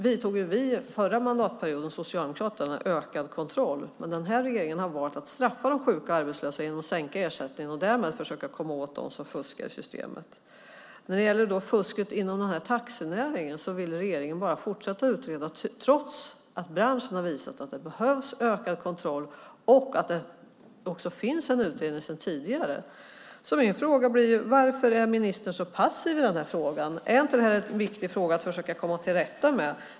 Under förra mandatperioden ökade vi, Socialdemokraterna, kontrollen, men den här regeringen har valt att i stället straffa de sjuka och arbetslösa genom att sänka ersättningen och därmed försöka komma åt dem som fuskar. Men när det gäller fusket i taxinäringen vill regeringen bara fortsätta utreda, trots att branschen har visat att det behövs ökad kontroll. Det finns också en utredning om detta sedan tidigare. Jag undrar därför: Varför är ministern så passiv i den här frågan? Är det inte en viktig fråga att försöka komma till rätta med?